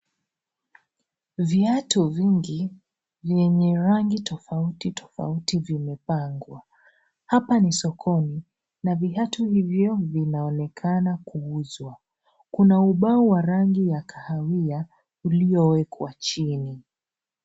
Viatu vingi venye rangi tofautitofauti vimepangwa .Hapa ni sokoni na viatu hivyo vinaonekana kuuzwa. Kuna ubao wa rangi ya kahawia ulioowekwa chini.